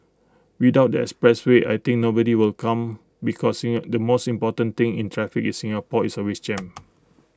without the expressway I think nobody will come because in the most important thing in traffic in Singapore is always jammed